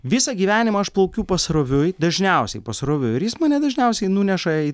visą gyvenimą aš plaukiu pasroviui dažniausiai pasroviui ir jis mane dažniausiai nuneša į